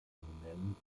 institutionellen